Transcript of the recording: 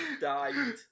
died